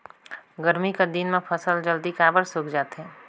गरमी कर दिन म फसल जल्दी काबर सूख जाथे?